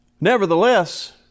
Nevertheless